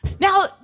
Now